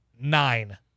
Nine